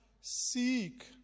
seek